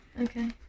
Okay